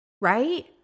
right